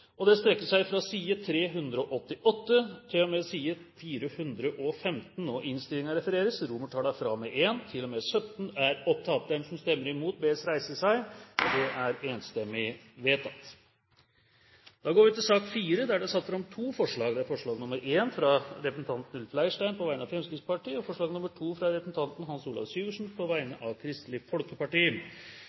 og det strekker seg fra og med side 388 til og med side 415. Under debatten er det satt fram to forslag. Det er forslag nr. 1, fra Ulf Leirstein på vegne av Fremskrittspartiet forslag nr. 2, fra Hans Olav Syversen på vegne av Kristelig Folkeparti